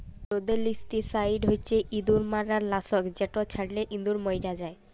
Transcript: rodenticide হছে ইঁদুর মারার লাসক যেট ছড়ালে ইঁদুর মইরে যায়